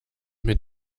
mit